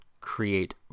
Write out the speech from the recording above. create